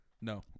No